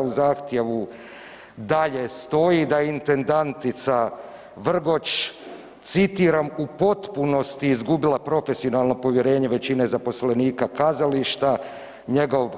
U zahtjevu dalje stoji da intendantica Vrgoč citiram „u potpunosti izgubila profesionalno povjerenje većine zaposlenika kazališta, njegov